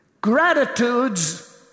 gratitudes